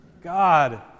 God